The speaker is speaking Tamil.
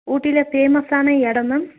ஊட்டியில ஃபேமஸான இடம் மேம்